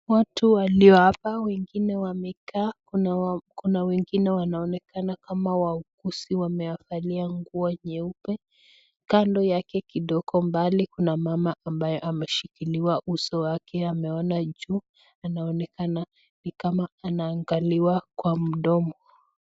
Watu walio hapa, wengine wamekaa. Kuna wengine wanaonekana kama wauguzi wamevalia nguo nyeupe. Kando yake kidogo mbali, kuna mama ambaye ameshikiliwa uso wake ameona juu. Anaonekana ni kama anaangaliwa kwa mdomo.